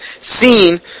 seen